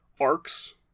arcs